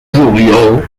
juliol